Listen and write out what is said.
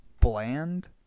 bland